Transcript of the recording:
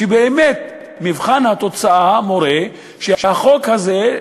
באמת מבחן התוצאה מורה שהחוק הזה,